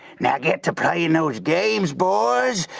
now get to playing those games, boys,